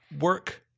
work